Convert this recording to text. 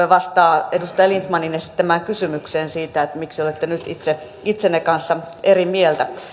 vastaa edustaja lindtmanin esittämään kysymykseen siitä miksi olette nyt itse itsenne kanssa eri mieltä